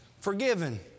forgiven